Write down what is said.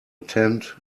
tent